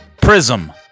Prism